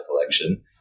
collection